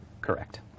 correct